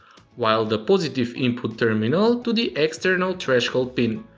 while the positive input terminal to the external threshold pin.